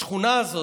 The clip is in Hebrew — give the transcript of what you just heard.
בשכונה הזאת,